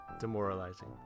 Demoralizing